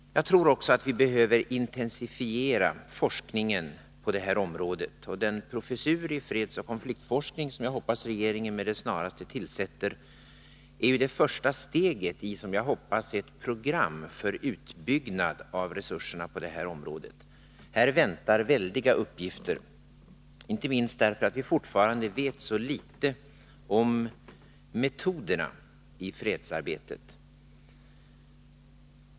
Jag tror också att vi behöver intensifiera forskningen på detta område. Den professur i fredsoch konfliktforskning som jag hoppas att regeringen med det snaraste tillsätter är det första steget i som jag hoppas ett program för utbyggnad av resurserna på detta område. Här väntar väldiga uppgifter, inte minst därför att vi fortfarande vet så litet om metoderna i fredsarbetet.